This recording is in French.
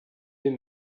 deux